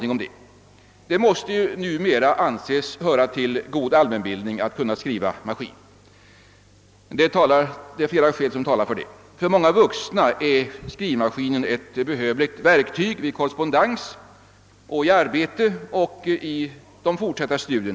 Det måste numera anses höra till god allmänbildning att kunna skriva maskin. Flera skäl talar för detta. För många vuxna är skrivmaskinen ett behövligt verktyg både vid egna skrivgöromål och i arbetet liksom vid fortsatta studier.